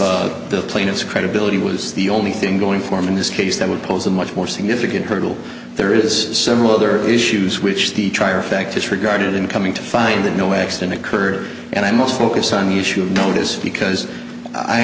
the plaintiff's credibility was the only thing going for him in this case that would pose a much more significant hurdle there is several other issues which the trier of fact is regarded in coming to find that no accident occurred and i must focus on the issue of notice because i